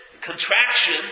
contraction